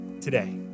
today